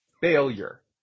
Failure